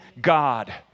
God